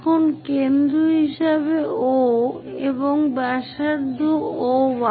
এখন কেন্দ্র হিসাবে O এবং ব্যাসার্ধ O1